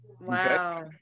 Wow